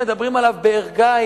מדברים עליו בערגה,